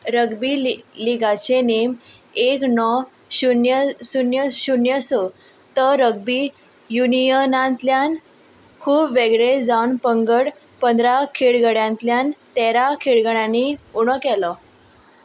rugby ली लिगाचे नेम एक णव शुण्य शुन्य शुन्य स तो रगबी युनियनांतल्यान खूब वेगळे जावन पंगड पंदरा खेळगड्यांतल्यान तेरा खेळगड्यांनी उणो केलो